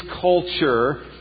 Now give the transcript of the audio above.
culture